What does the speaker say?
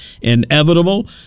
Inevitable